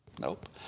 nope